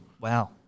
Wow